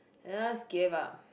just give up